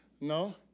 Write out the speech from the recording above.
no